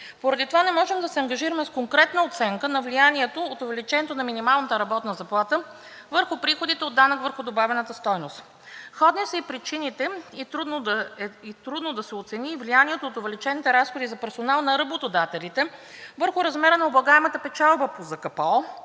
Поради това не можем да се ангажираме с конкретна оценка на влиянието от увеличението на минималната работна заплата върху приходите от данъка върху добавената стойност. Сходни са и причините и е трудно да се оцени влиянието от увеличените разходи за персонал на работодателите върху размера на облагаемата печалба по ЗКПО,